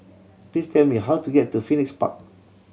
please tell me how to get to Phoenix Park